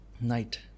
Night